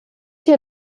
hier